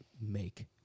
make